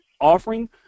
offering